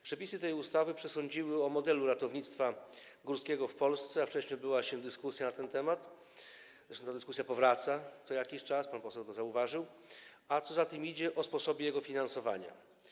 Przepisy tej ustawy przesądziły o modelu ratownictwa górskiego w Polsce - a wcześniej odbyła się dyskusja na ten temat, zresztą ta dyskusja powraca co jakiś czas, pan poseł to zauważył - a co za tym idzie, o sposobie jego finansowania.